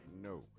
No